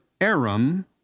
Aram